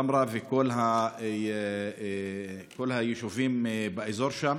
טמרה וכל היישובים באזור שם.